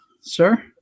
sir